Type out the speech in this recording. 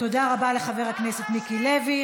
תודה רבה לחבר הכנסת מיקי לוי.